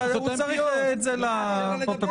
הוא צריך את זה לפרוטוקול.